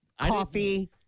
Coffee